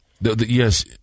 yes